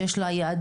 שיש לה יעדים,